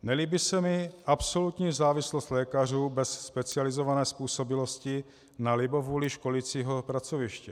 Nelíbí se mi absolutní závislost lékařů bez specializované způsobilosti na libovůli školicího pracoviště.